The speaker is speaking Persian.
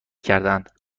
کردهاند